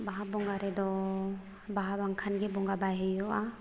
ᱵᱟᱦᱟ ᱵᱚᱸᱜᱟ ᱨᱮᱫᱚ ᱵᱟᱦᱟ ᱵᱟᱝᱠᱷᱟᱱ ᱜᱮ ᱵᱚᱸᱜᱟ ᱵᱟᱭ ᱦᱩᱭᱩᱜᱼᱟ